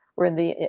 or the,